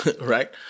right